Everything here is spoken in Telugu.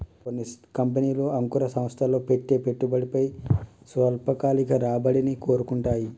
కొన్ని కంపెనీలు అంకుర సంస్థల్లో పెట్టే పెట్టుబడిపై స్వల్పకాలిక రాబడిని కోరుకుంటాయి